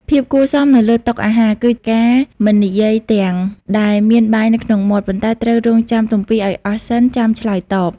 ភាពគួរសមនៅលើតុអាហារ គឺការមិននិយាយទាំងដែលមានបាយនៅក្នុងមាត់ ប៉ុន្តែត្រូវរង់ចាំទំពារឱ្យអស់សិនចាំឆ្លើយតប។